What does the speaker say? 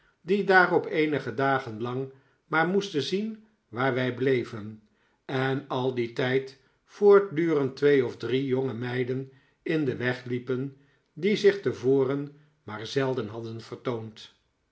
die daarop eenige dagen lang maar moesten zien waar wij bleven en al dien tijd voortdurend twee of drie jonge meiden in den weg liepen die zich tevoren maar zelden hadden vertoond